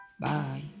Bye